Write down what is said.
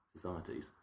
societies